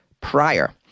prior